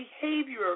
behavior